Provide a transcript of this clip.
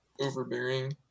overbearing